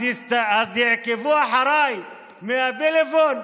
אז ירדפו אחריי מהטלפון?